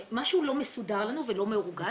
שמשהו לא מסודר לנו ולא מאורגן,